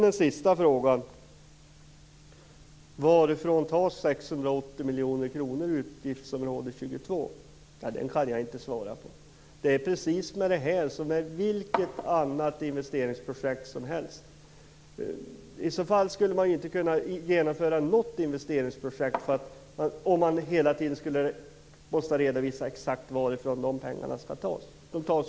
Den sista frågan, varifrån de 680 miljoner kronorna i utgiftsområde 22 skall tas, kan jag inte svara på. Det är med detta precis som med vilket annat investeringsprojekt som helst. Om man hela tiden skulle vara tvungen att redovisa exakt varifrån pengarna skall tas, skulle man inte kunna genomföra något investeringsprojekt. Pengarna tas ur potten.